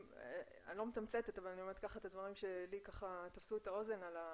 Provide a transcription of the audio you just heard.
אני לא מתמצתת אבל אני אומרת את הדברים שתפסו לי את האוזן שמלבד